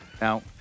now